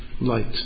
light